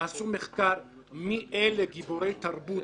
תעשו מחקר מי אלה גיבורי תרבות